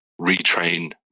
retrain